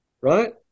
right